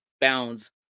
bounds